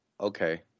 okay